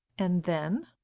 and then?